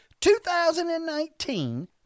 2019